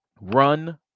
Run